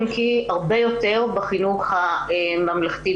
אם כי הרבה יותר בחינוך הממלכתי-דתי.